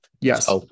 Yes